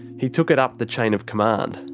he took it up the chain of command.